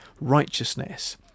righteousness